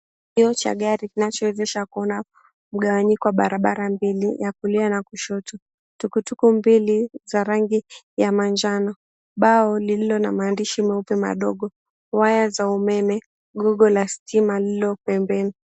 Kioo cha gari, kinachowezesha kuona mgawanyiko wa barabara mbili, ya kulia na kushoto. Tuku tuku mbili za rangi ya manjano, bao lililo na maandishi meupe madogo, waya za umeme, gogo la stima lililo pembeni.